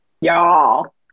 Y'all